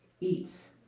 eats